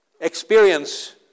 experience